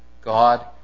God